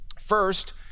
First